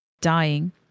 dying